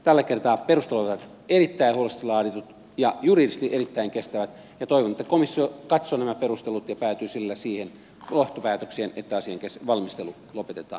tällä kertaa perustelut olivat erittäin huolellisesti laaditut ja juridisesti erittäin kestävät ja toivon että komissio katsoo nämä perustelut ja päätyy siihen johtopäätökseen että asian valmistelu lopetetaan ja keskeytetään